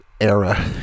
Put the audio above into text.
era